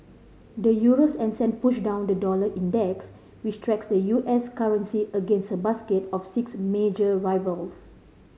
the euro's ascent pushed down the dollar index which tracks the U S currency against a basket of six major rivals